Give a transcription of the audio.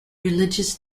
religious